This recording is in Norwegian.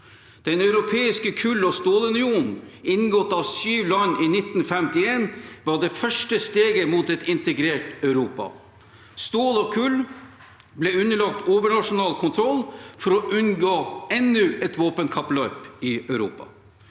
Den europeiske kull- og stålunionen, inngått av syv land i 1951, var det første steget mot et integrert Europa. Stål og kull ble underlagt overnasjonal kontroll for å unngå enda et våpenkappløp i Europa.